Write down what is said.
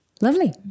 Lovely